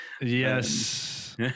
Yes